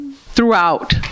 throughout